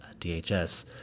DHS